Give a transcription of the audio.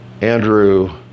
Andrew